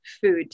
food